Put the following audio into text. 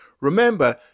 Remember